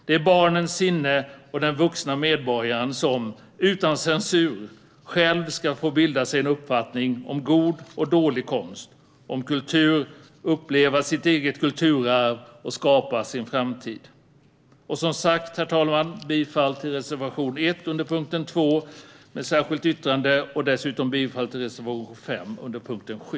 Det är barnens sinnen och den vuxna medborgaren som - utan censur - själv ska få bilda sig en uppfattning om god och dålig konst och kultur, uppleva sitt kulturarv och skapa sin framtid. Jag yrkar som sagt bifall till reservation 1 under punkt 2 med ett särskilt yttrande, och jag yrkar dessutom bifall till reservation 5 under punkt 7.